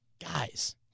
guys